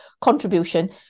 contribution